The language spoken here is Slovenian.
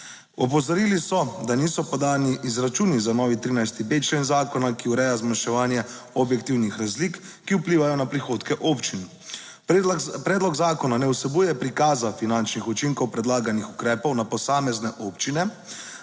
Opozorili so, da niso podani izračuni za novi 13.b člen zakona, ki ureja zmanjševanje objektivnih razlik, ki vplivajo na prihodke občin. Predlog zakona ne vsebuje prikaza finančnih učinkov predlaganih ukrepov na posamezne občine,